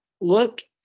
look